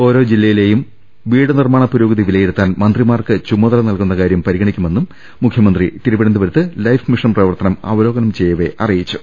ഓരോ ജില്ലയിലേയും വീട് നിർമ്മാണ പുരോഗതി വിലയിരുത്താൻ മന്ത്രി മാർക്ക് ചുമതല നൽകുന്ന കാര്യം പരിഗണിക്കുമെന്നും മുഖ്യമന്ത്രി തിരുവനന്തപുരത്ത് ലൈഫ് മിഷൻ പ്രവർത്തനം അവലോകനം ചെയ്യവെ അറിയിച്ചു